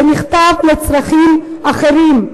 זה נכתב לצרכים אחרים,